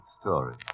story